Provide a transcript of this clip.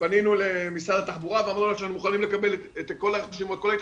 פנינו למשרד התחבורה ואמרנו להם שאנחנו מוכנים לקבל את כל ההתחייבויות